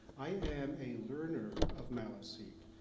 i am a learner of maliseet.